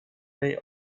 they